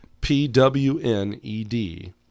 P-W-N-E-D